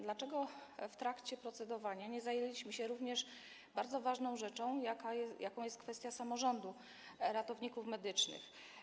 Dlaczego w trakcie procedowania nie zajęliśmy się bardzo ważną rzeczą, jaką jest kwestia samorządu ratowników medycznych?